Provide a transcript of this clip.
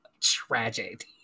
tragic